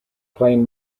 plane